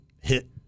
hit